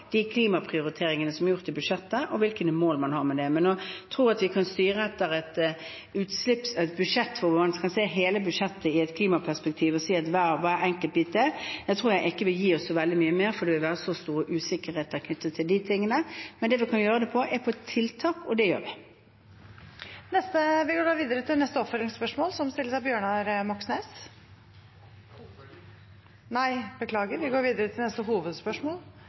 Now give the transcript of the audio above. de tiltakene man mener bidrar til reduksjoner i ulike sektorer, og dette omtales jo også hvert eneste år – de klimaprioriteringene som er gjort i budsjettet, og hvilke mål man har med det. Men å styre etter et budsjett hvor man kan se hele budsjettet i et klimaperspektiv, og si hva som er hver enkelt bit, det tror jeg ikke vil gi oss så veldig mye mer, for det vil være så stor usikkerhet knyttet til de tingene. Men det området vi kan gjøre det på, er på tiltak, og det gjør vi. Vi går da videre til neste hovedspørsmål.